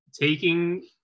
taking